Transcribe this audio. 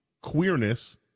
queerness